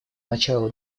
начала